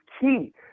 key